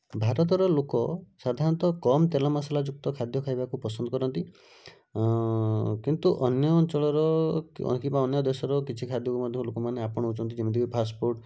ଭାରତର ଲୋକ ସାଧାରଣତଃ କମ୍ ତେଲ ମସଲାଯୁକ୍ତ ଖାଦ୍ୟ ଖାଇବାକୁ ପସନ୍ଦ କରନ୍ତି କିନ୍ତୁ ଅନ୍ୟ ଅଞ୍ଚଳର କିମ୍ବା ଅନ୍ୟ ଦେଶର କିଛି ଖାଦ୍ୟକୁ ମଧ୍ୟ ଲୋକମାନେ ଆପଣାଉଛନ୍ତି ଯେମିତିକି ଫାଷ୍ଟ୍ଫୁଡ଼୍